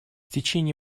течение